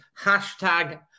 hashtag